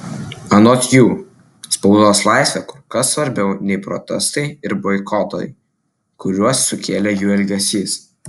anot jų spaudos laisvė kur kas svarbiau nei protestai ir boikotai kuriuos sukėlė jų elgesys